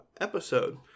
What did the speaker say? episode